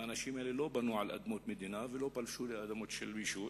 האנשים האלה לא בנו על אדמות מדינה ולא פלשו לאדמות של מישהו,